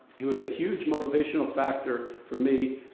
he was a huge motivational factor for me,